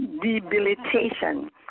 debilitation